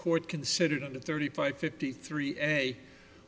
court considered the thirty five fifty three a